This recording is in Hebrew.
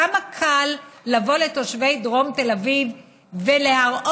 כמה קל לבוא לתושבי דרום תל אביב ולהראות